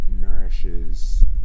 nourishes